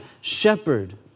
shepherd